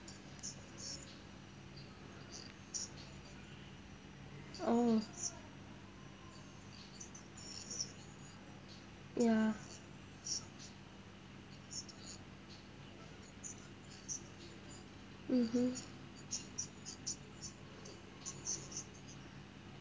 oh ya mmhmm